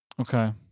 Okay